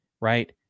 right